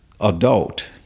Adult